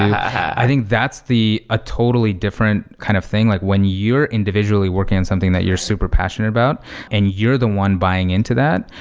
i think that's a ah totally different kind of thing. like when you're individually working on something that you're super passionate about and you're the one buying into that,